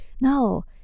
no